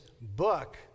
book